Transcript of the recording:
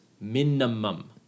minimum